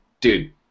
dude